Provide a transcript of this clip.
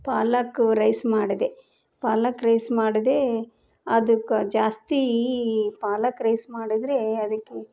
ಪಾಲಕ್ rice ಮಾಡಿದೆ palak rice ಮಾಡಿದೆ ಅದಕ್ಕೆ ಜಾಸ್ತಿ ಈ ಪಾಲಕ್ ರೈಸ್ ಮಾಡಿದರೆ ಅದಕ್ಕೆ